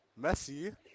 Messi